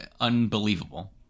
unbelievable